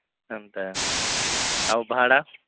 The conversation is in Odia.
ଏମ୍ତା ଆଉ ଭାଡ଼ା